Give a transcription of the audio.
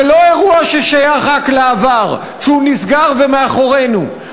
זה לא אירוע ששייך רק לעבר ושנסגר והוא מאחורינו,